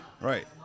right